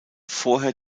vorher